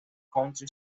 country